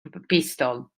pistol